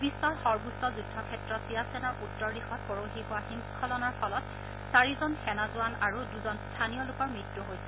বিশ্বৰ সৰ্বোচ্চ যুদ্ধক্ষেত্ৰ চিয়াচেনৰ উত্তৰ দিশত পৰহি হোৱা হিমস্বলনৰ ফলত চাৰিজন সেনাজোৱান আৰু দুজন স্থানীয় লোকৰ মত্যু হৈছে